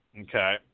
Okay